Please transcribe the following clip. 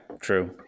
true